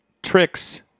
Tricks